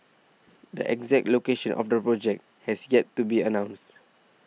the exact location of the project has yet to be announced